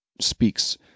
speaks